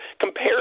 Compare